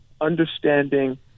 understanding